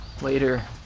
Later